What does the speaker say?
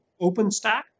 OpenStack